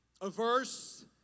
averse